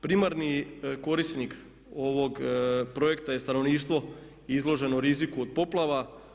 Primarni korisnik ovog projekta je stanovništvo izloženo riziku od poplava.